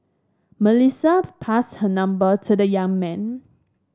Melissa passed her number to the young man